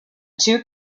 two